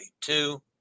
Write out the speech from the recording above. two